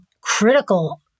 critical